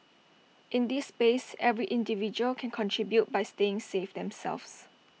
in this space every individual can contribute by staying safe themselves